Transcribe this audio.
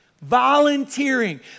Volunteering